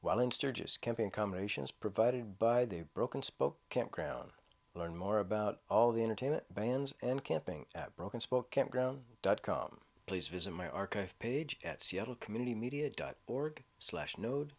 while in sturgis campaign combinations provided by the broken spoke campground learn more about all the entertainment vans and camping at broken spoke campground dot com please visit my archive page at seattle community media dot org slash no